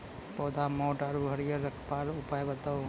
पौधा मोट आर हरियर रखबाक उपाय बताऊ?